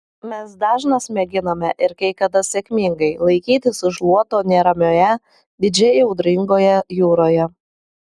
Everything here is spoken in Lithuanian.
mes dažnas mėginame ir kai kada sėkmingai laikytis už luoto neramioje didžiai audringoje jūroje